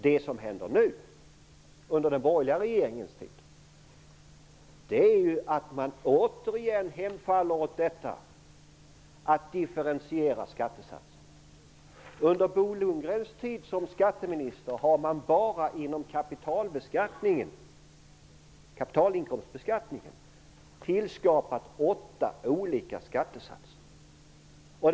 Det som nu händer under den borgerliga regeringens tid är ju att man återigen hemfaller till en differentiering av skattesatserna. Under Bo Lundgrens tid som skatteminister har man bara inom kapitalinkomstbeskattningen tillskapat åtta olika skattesatser.